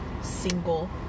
single